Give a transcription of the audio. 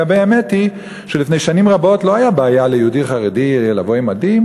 האמת היא שלפני שנים רבות לא הייתה בעיה ליהודי חרדי לבוא עם מדים.